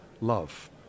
love